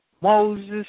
Moses